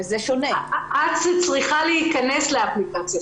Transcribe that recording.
את צריכה להיכנס לאפליקציה.